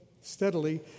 steadily